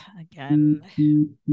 again